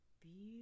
beautiful